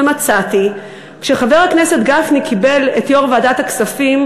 ומצאתי: כשחבר הכנסת גפני קיבל להיות יו"ר ועדת הכספים,